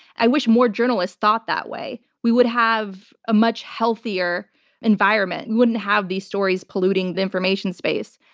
i wish more journalists thought that way. we would have a much healthier environment. we wouldn't have these stories polluting the information space.